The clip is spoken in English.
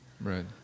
Right